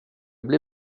bli